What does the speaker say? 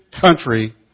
country